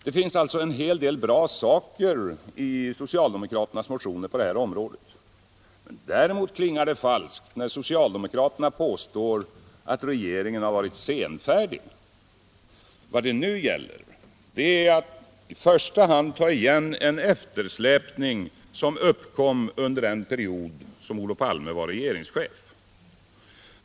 Det finns alltså en hel del bra saker i socialdemokraternas motioner på det här området. Däremot klingar det falskt när socialdemokraterna påstår att regeringen varit senfärdig. Vad det nu gäller är i första hand att ta igen en eftersläpning som uppkom under den period som Olof Palme var regeringschef.